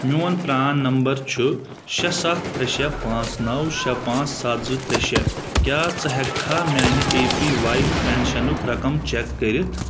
میون پران نمبر چھُ شےٚ ستھ ترٛےٚ شےٚ پانژھ نو شےٚ پانژھ سَتھ زٕ ترٛےٚ شےٚ کیٛاہ ژٕ ہیٚکھا میانہِ اے پی واے پنشنُک رقم چیک کٔرتھ